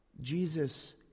Jesus